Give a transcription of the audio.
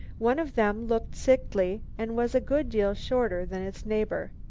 one of them looked sickly and was a good deal shorter than its neighbour.